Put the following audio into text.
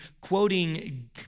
quoting